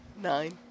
Nine